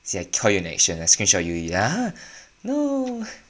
see I caught you in action I screenshot you already ah no